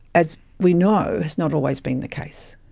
as we know, has not always been the case.